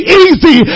easy